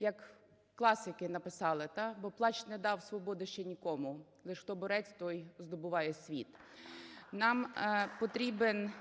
як класики написали: "Бо плач не дав свободи ще нікому, лиш, хто борець, той здобуває світ". Нам потрібен